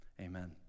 amen